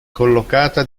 collocata